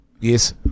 Yes